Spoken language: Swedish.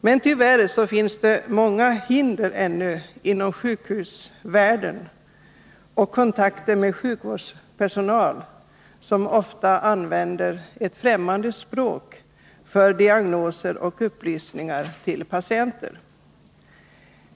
Men tyvärr finns det ännu många hinder inom sjukhusvärlden, när det gäller kontakter med sjukhuspersonal, som ofta använder ett främmande språk för diagnoser och upplysningar till patienter.